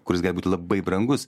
kuris gali būti labai brangus